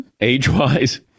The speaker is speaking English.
age-wise